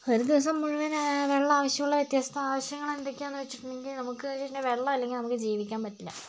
ഒരു ദിവസം മുഴുവൻ വെള്ളം ആവശ്യമുള്ള വ്യത്യസ്ത ആവശ്യങ്ങൾ എന്തൊക്കെയാന്ന് വെച്ചിട്ടുണ്ടങ്കിൽ നമുക്ക് വെള്ളം ഇല്ലെങ്കിൽ നമുക്ക് ജീവിക്കാൻ പറ്റില്ല